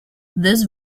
this